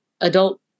adult